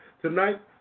Tonight